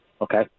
okay